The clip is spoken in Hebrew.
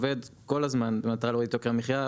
משרד האוצר עובד כל הזמן במטרה להוריד את יוקר המחיה,